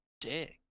dick